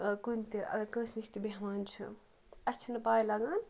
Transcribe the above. کُنہِ تہِ کٲنٛسہِ نِش تہِ بیٚہوان چھِ اَسہِ چھِنہٕ پاے لَگان